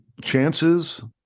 chances